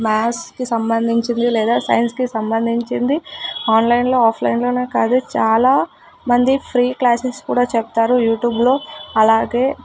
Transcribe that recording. మాథ్స్కి సంబంధించింది లేదా సైన్స్కి సంబంధించింది ఆన్లైన్లో ఆఫ్లైన్లోనే కాదు చాలా మంది ఫ్రీ క్లాసెస్ కూడా చెప్తారు యూట్యూబ్లో అలాగే